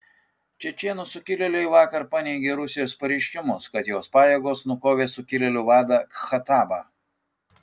čečėnų sukilėliai vakar paneigė rusijos pareiškimus kad jos pajėgos nukovė sukilėlių vadą khattabą